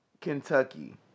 Kentucky